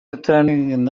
returning